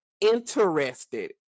interested